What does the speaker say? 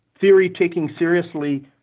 theory-taking-seriously